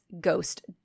ghost